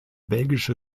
belgische